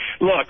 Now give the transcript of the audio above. Look